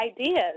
ideas